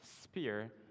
spear